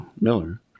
Miller